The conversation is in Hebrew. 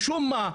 משום מה,